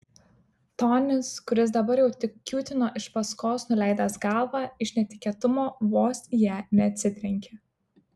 tonis kuris dabar jau tik kiūtino iš paskos nuleidęs galvą iš netikėtumo vos į ją neatsitrenkė